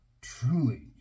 Truly